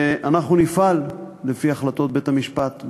אנחנו נפעל לפי החלטות בית-המשפט,